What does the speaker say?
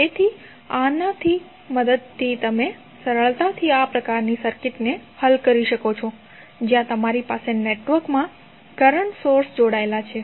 તેથી આની મદદથી તમે સરળતાથી આ પ્રકારની સર્કિટને હલ કરી શકો છો જ્યાં તમારી પાસે નેટવર્ક માં કરંટ સોર્સ જોડાયેલા છે